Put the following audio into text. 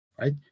right